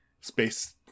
Space